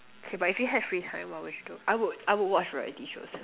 okay but if you have free time what would you do I would I would watch variety shows